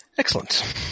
Excellent